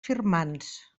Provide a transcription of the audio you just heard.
firmants